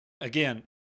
Again